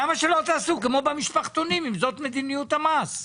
למה שלא תעשו כמו במשפחתונים אם זאת מדיניות המס?